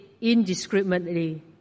indiscriminately